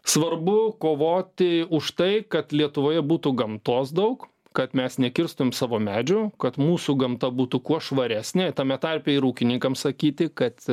svarbu kovoti už tai kad lietuvoje būtų gamtos daug kad mes nekirstum savo medžių kad mūsų gamta būtų kuo švaresnė tame tarpe ir ūkininkam sakyti kad